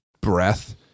breath